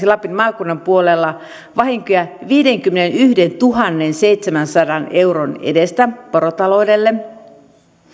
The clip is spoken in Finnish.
lapin maakunnan puolella vahinkoja viidenkymmenentuhannenseitsemänsadan euron edestä porotaloudelle